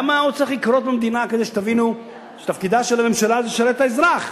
מה עוד צריך לקרות במדינה כדי שתבינו שתפקידה של הממשלה לשרת את האזרח,